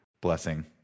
Blessing